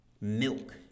milk